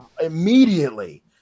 immediately